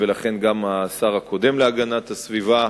ולכן גם השר הקודם להגנת הסביבה,